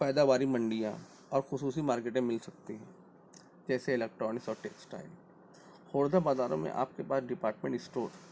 پیداواری منڈیاں اور خصوصی مارکیٹیں مل سکتی ہیں جیسے الیٹرانکس اور ٹیکسٹائل خوردہ بازاروں میں آپ کے پاس ڈیپارٹمنٹ اسٹور